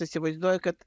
įsivaizduojat kad